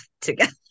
together